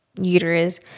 uterus